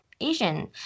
Asian